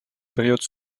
période